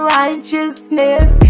righteousness